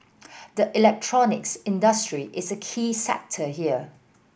the electronics industry is a key sector here